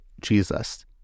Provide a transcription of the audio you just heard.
Jesus